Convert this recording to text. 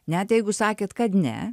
net jeigu sakėt kad ne